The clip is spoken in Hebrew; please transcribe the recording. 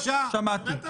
שמעתי.